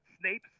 snape